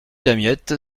damiette